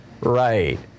right